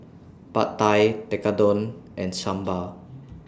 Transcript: Pad Thai Tekkadon and Sambar